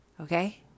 Okay